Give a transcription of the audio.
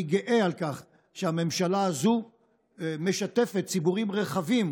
אני גאה בכך שהממשלה הזו משתפת ציבורים רחבים,